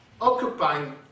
occupying